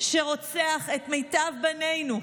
שרוצח את מיטב בנינו,